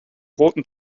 roten